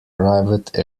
private